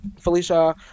Felicia